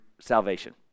salvation